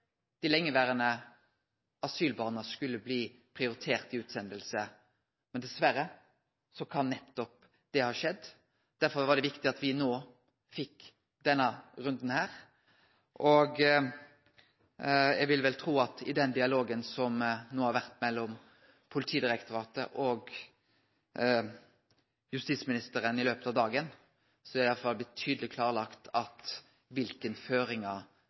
dei lengeverande asylbarna ikkje skulle bli prioriterte til utsending. Men dessverre kan nettopp det ha skjedd. Derfor var det viktig at me no fekk denne runden her, og eg vil vel tru at i den dialogen som no har vore mellom Politidirektoratet og justisministeren i løpet av dagen, har det iallfall blitt tydeleg klarlagt kva føringar